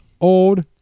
old